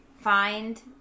find